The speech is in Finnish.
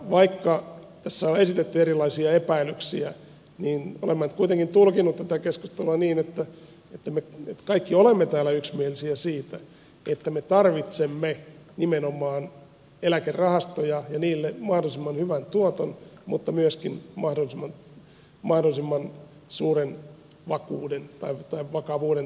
vaikka tässä on esitetty erilaisia epäilyksiä niin olen minä nyt kuitenkin tulkinnut tätä keskustelua niin että me kaikki olemme täällä yksimielisiä siitä että me tarvitsemme nimenomaan eläkerahastoja ja niille mahdollisimman hyvän tuoton mutta myöskin mahdollisimman suuren vakuuden tai turvaavuuden